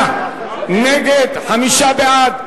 58 נגד, חמישה בעד.